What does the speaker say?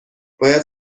باید